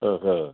ఆహా